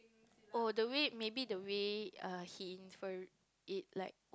oh the way maybe the way err he inferring it like